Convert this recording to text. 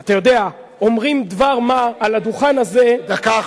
אתה יודע, אומרים דבר מה על הדוכן הזה, דקה.